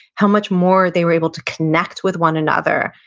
how much more they were able to connect with one another.